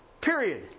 period